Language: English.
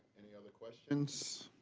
any other questions?